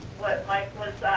what mike was